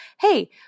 hey